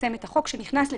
וליישם את החוק שנכנס לתוקף.